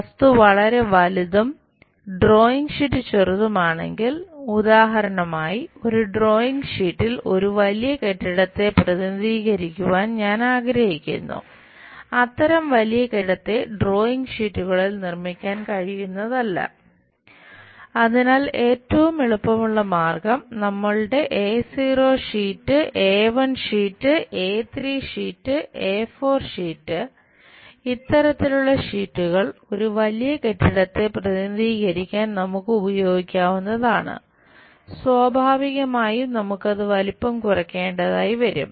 വസ്തു വളരെ വലുതും ഡ്രോയിംഗ് ഷീറ്റ് ചെറുതുമാണെങ്കിൽ ഉദാഹരണമായി ഒരു ഡ്രോയിംഗ് ഷീറ്റിൽ ഒരു വലിയ കെട്ടിടത്തെ പ്രതിനിധീകരിക്കാൻ ഞാൻ ആഗ്രഹിക്കുന്നു അത്തരം വലിയ കെട്ടിടത്തെ ഡ്രോയിംഗ് ഷീറ്റുകളിൽ നിർമ്മിക്കാൻ കഴിയുന്നതല്ല അതിനാൽ ഏറ്റവും എളുപ്പമുള്ള മാർഗ്ഗം നമ്മളുടെ A0 sheet A1 sheet A3 sheet A4 sheet ഇത്തരത്തിലുള്ള ഷീറ്റുകൾ ഒരു വലിയ കെട്ടിടത്തെ പ്രതിനിധീകരിക്കാൻ നമുക്ക് ഉപയോഗിക്കാവുന്നതാണ് സ്വാഭാവികമായും നമുക്കത് വലുപ്പം കുറക്കേണ്ടതായി വരും